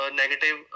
negative